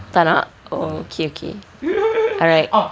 oh okay okay alright